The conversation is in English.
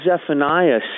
Zephaniah